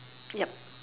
yup